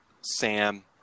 Sam